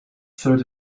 third